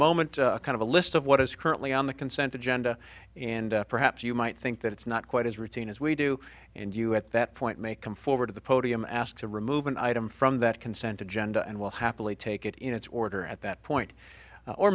moment kind of a list of what is currently on the consent agenda and perhaps you might think that it's not quite as routine as we do and you at that point may come forward to the podium ask to remove an item from that consent agenda and will happily take it in its order at that point or